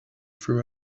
throw